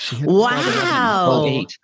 Wow